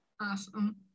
Awesome